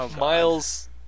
Miles